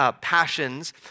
passions